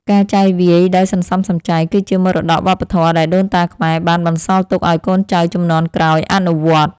ការចាយវាយដោយសន្សំសំចៃ គឺជាមរតកវប្បធម៌ដែលដូនតាខ្មែរបានបន្សល់ទុកឱ្យកូនចៅជំនាន់ក្រោយអនុវត្ត។